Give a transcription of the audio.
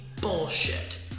bullshit